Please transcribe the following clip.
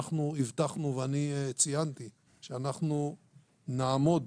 אנחנו הבטחנו ואני ציינתי שאנחנו נעמוד